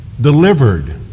delivered